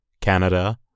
Canada